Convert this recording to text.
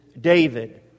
David